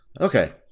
Okay